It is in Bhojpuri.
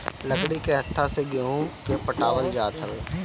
लकड़ी के हत्था से गेंहू के पटावल जात हवे